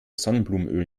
sonnenblumenöl